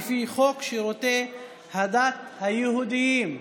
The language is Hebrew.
לפי חוק שירותי הדת היהודיים.